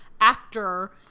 actor